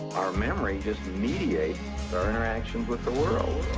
our memory just mediates our interractions with the world.